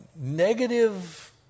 negative